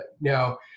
Now